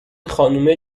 خانومه